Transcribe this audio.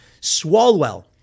Swalwell